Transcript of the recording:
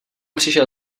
přišel